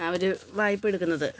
അവര് വായ്പ എടുക്കുന്നത്